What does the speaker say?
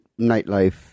nightlife